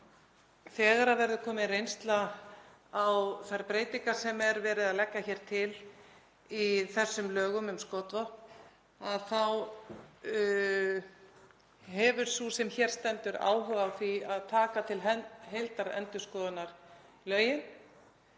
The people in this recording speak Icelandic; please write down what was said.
Þegar það verður komin reynsla á þær breytingar sem er verið að leggja hér til í þessum lögum um skotvopn þá hefur sú sem hér stendur áhuga á því að taka lögin til heildarendurskoðunar, en